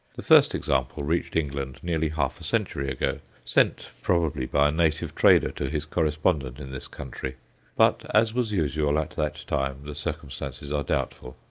the first example reached england nearly half a century ago, sent probably by a native trader to his correspondent in this country but, as was usual at that time, the circumstances are doubtful.